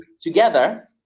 together